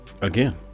Again